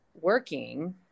working